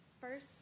first